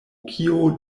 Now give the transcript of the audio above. kio